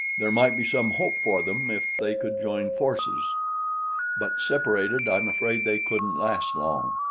there might be some hope for them if they could join forces but separated, i'm afraid they couldn't last long.